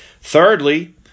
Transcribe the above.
Thirdly